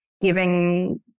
giving